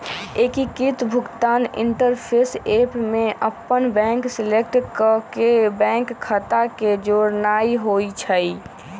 एकीकृत भुगतान interface app में अप्पन बैंक सेलेक्ट क के बैंक खता के जोड़नाइ होइ छइ